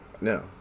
No